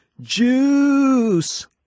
Juice